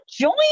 join